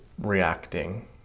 reacting